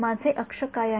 माझे अक्ष काय आहेत